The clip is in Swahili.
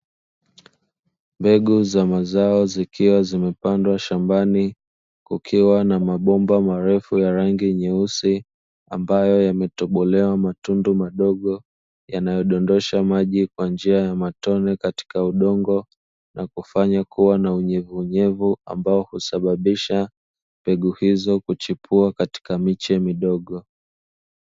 Mbegu za mazao zikiwa zimepandwa shambani kukiwa na mabomba marefu ya rangi nyeusi; ambayo yametobolewa matundu madogo yanayodondosha maji kwa njia ya matonye katika udongo, na kufanya kuwa na unyevunyevu ambao husababisha mbegu hizo kuchipua katika miche midogo.